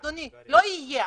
אדוני, לא יהיה.